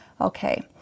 Okay